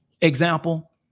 Example